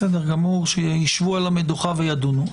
בסדר גמור, שיישבו על המדוכה וידונו.